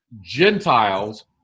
Gentiles